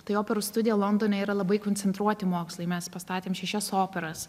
tai operos studija londone yra labai koncentruoti mokslai mes pastatėm šešias operas